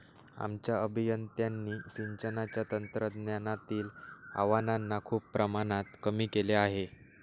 आमच्या अभियंत्यांनी सिंचनाच्या तंत्रज्ञानातील आव्हानांना खूप प्रमाणात कमी केले आहे